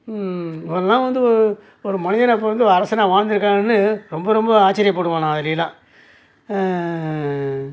ஒரு நாள் வந்து ஓ ஒரு மனிதனை அப்போது வந்து அரசனாக வாழ்ந்திருக்கான்னு ரொம்ப ரொம்ப ஆச்சரியப்படுவேன் நான் அதிலெலாம்